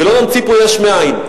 ולא נמציא פה יש מאין.